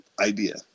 idea